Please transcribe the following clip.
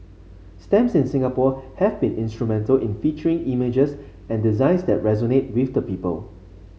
stamps in Singapore have been instrumental in featuring images and designs that resonate with the people